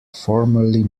formerly